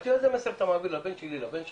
אמרתי לו איזה מסר אתה מעביר לבן שלי, לבן שלך,